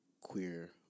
queer